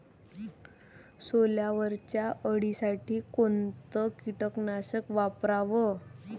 सोल्यावरच्या अळीसाठी कोनतं कीटकनाशक वापराव?